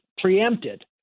preempted